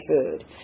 food